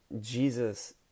Jesus